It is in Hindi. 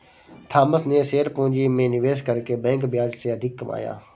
थॉमस ने शेयर पूंजी में निवेश करके बैंक ब्याज से अधिक कमाया